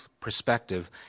perspective